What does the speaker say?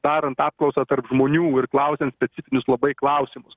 darant apklausą tarp žmonių ir klausiant specifinius labai klausimas